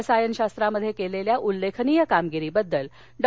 रसायनशास्त्रामध्ये केलेल्या उल्लेखनीय कामगिरीबद्दल डॉ